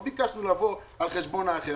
לא ביקשנו שזה יבוא על חשבון האחר.